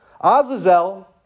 Azazel